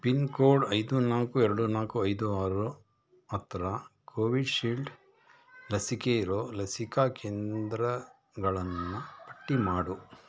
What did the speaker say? pin code ಐದು ನಾಲ್ಕು ಎರಡು ನಾಲ್ಕು ಐದು ಆರು ಹತ್ರ ಕೋವಿಶೀಲ್ಡ್ ಲಸಿಕೆ ಇರೊ ಲಸಿಕಾ ಕೆಂದ್ರಗಳನ್ನು ಪಟ್ಟಿ ಮಾಡು